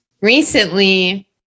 recently